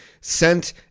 sent